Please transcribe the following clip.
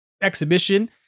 exhibition